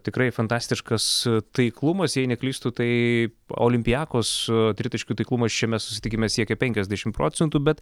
tikrai fantastiškas taiklumas jei neklystu tai olimpiakos tritaškių taiklumas šiame susitikime siekė penkiasdešimt procentų bet